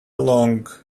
along